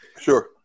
Sure